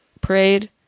parade